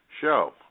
show